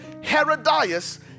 Herodias